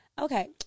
Okay